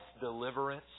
deliverance